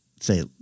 say